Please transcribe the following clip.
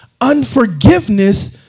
Unforgiveness